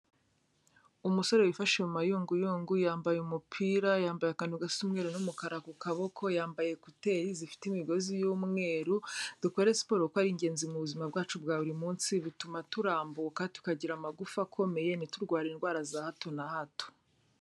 Umusore wifashe mu mayunguyungu, yambaye umupira, yambaye akantu gasa umweru n'umukara ku kaboko, yambaye kuteri zifite imigozi y'umweru, dukore siporo kuko ari ingenzi mu buzima bwacu bwa buri munsi, bituma turambuka, tukagira amagufa akomeye, ntiturware indwara za hato na hato.